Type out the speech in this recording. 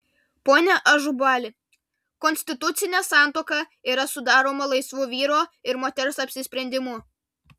pone ažubali konstitucinė santuoka yra sudaroma laisvu vyro ir moters apsisprendimu